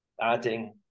adding